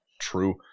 True